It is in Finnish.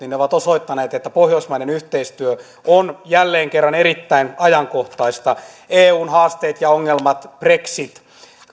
ovat osoittaneet että pohjoismainen yhteistyö on jälleen kerran erittäin ajankohtaista eun haasteet ja ongelmat brexit